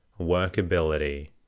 workability